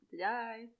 Bye